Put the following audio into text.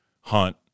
Hunt